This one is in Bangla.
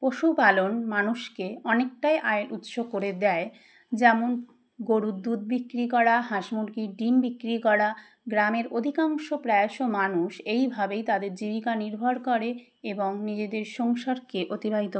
পশুপালন মানুষকে অনেকটাই আয়ের উৎস করে দেয় যেমন গরুর দুধ বিক্রি করা হাঁস মুরগির ডিম বিক্রি করা গ্রামের অধিকাংশ প্রায়শ মানুষ এইভাবেই তাদের জীবিকা নির্ভর করে এবং নিজেদের সংসারকে অতিবাহিত